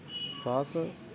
சுவாச